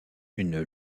une